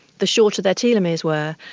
the shorter their telomeres were.